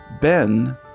Ben